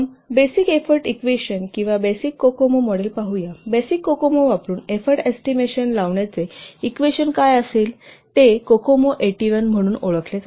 प्रथम basic effort equation किंवा basic COCOMO model पाहूया बेसिक कोकोमो वापरुन एफोर्ट एस्टिमेशन लावण्याचे इक्वेशन काय असेल ते कोकोमो 81 म्हणून ओळखले जाते